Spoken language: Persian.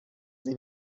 این